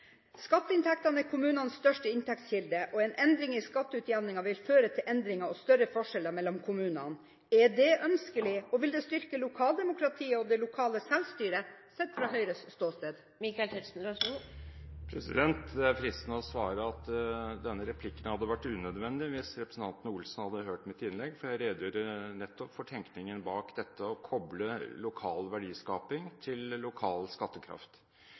Skatteinntektene er kommunenes største inntektskilde. En endring i skatteutjevningen vil føre til endringer og større forskjeller mellom kommunene. Er det ønskelig? Og vil det styrke lokaldemokratiet og det lokale selvstyret, sett fra Høyres ståsted? Det er fristende å svare at denne replikken hadde vært unødvendig hvis representanten Olsen hadde hørt mitt innlegg, for jeg redegjorde nettopp for tenkningen bak dette å koble lokal verdiskaping til lokal skattekraft.